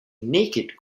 naked